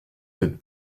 cette